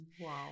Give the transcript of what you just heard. Wow